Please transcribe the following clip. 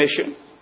Commission